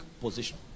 position